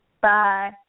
Bye